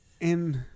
And-